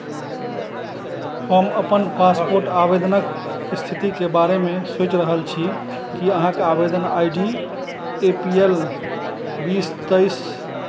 हम अपन पासपोर्ट आवेदनके इस्थितिके बारेमे सोचि रहल छी कि अहाँके आवेदन I D A P L बीस तेइस